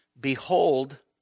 Behold